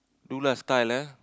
do lah style eh